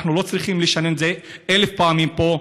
אנחנו לא צריכים לשנן את זה אלף פעמים פה,